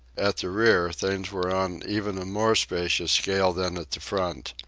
at the rear things were on even a more spacious scale than at the front.